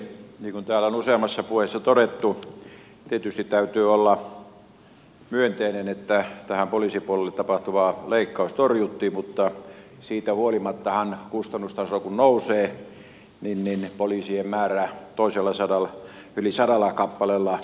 niin kuin täällä on useammassa puheessa todettu tietysti täytyy olla myönteinen että tähän poliisipuolelle tapahtuva leikkaus torjuttiin mutta siitä huolimattahan kun kustannustaso nousee niin poliisien määrä yli sadalla kappaleella vähenee